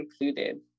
included